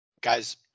guys